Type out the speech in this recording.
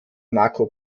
marco